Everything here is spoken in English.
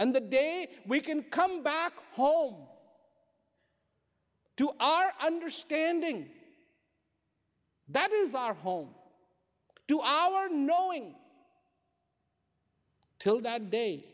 and the day we can come back home to our understanding that is our home to our knowing till that day